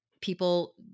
people